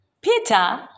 Peter